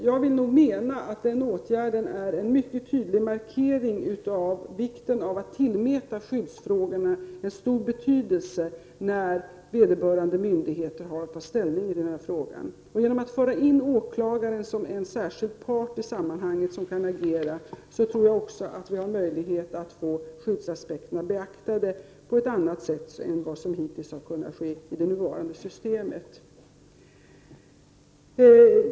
Jag vill nog anse att den åtgärden är en mycket tydlig markering av vikten av att tillmäta skyddsfrågorna en stor betydelse när vederbörande myndigheter har att ta ställning i den här frågan. Genom att föra in åklagaren som en särskild part som kan agera i sammanhanget tror jag att vi också har möjlighet att få skyddsaspekterna beaktade på ett annat sätt än vad som hittills har kunnat ske i det nuvarande systemet.